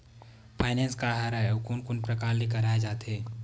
Finance का हरय आऊ कोन कोन प्रकार ले कराये जाथे?